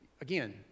Again